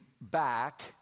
back